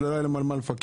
אז לא היה להם על מה לפקח.